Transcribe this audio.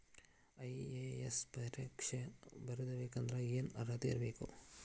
IAS ಪರೇಕ್ಷೆ ಬರಿಬೆಕಂದ್ರ ಏನ್ ಅರ್ಹತೆ ಇರ್ಬೇಕ?